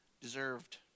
deserved